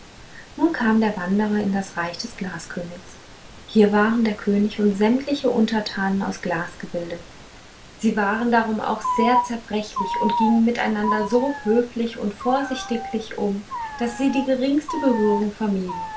nun kam der wanderer in das reich des glaskönigs hier waren der könig und sämtliche untertanen aus glas gebildet sie waren darum auch sehr zerbrechlich und gingen miteinander so höflich und vorsichtiglich um daß sie die geringste berührung vermieden